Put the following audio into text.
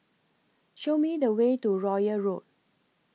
Show Me The Way to Royal Road